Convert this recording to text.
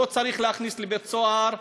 אותו צריך להכניס לבית-סוהר.